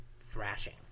thrashing